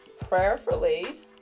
prayerfully